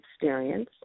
experience